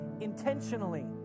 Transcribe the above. intentionally